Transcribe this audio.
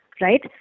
right